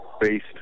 based